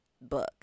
book